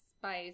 spice